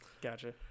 gotcha